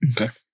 Okay